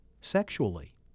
sexually